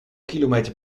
kilometer